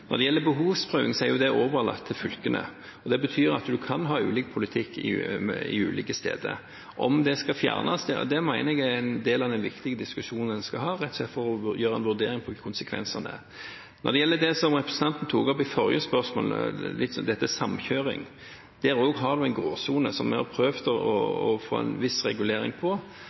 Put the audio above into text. fylkene. Det betyr at man kan ha ulik politikk ulike steder. Om det skal fjernes? Det mener jeg er en del av den viktige diskusjonen en skal ha, rett og slett for å gjøre en vurdering av konsekvensene av det. Når det gjelder det som representanten tok opp i forrige spørsmål, dette med samkjøring: Der har man også en gråsone, som vi har prøvd å få en viss regulering av. Å få flere til å dele bil hvis de skal samme vei, er i utgangspunktet positivt av miljøhensyn og køhensyn, men hvis en driver business på